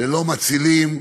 ללא מצילים,